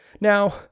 Now